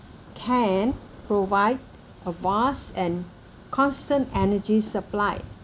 can provide a vast and constant energy supply